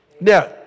Now